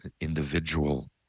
individual